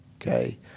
Okay